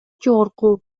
жогорку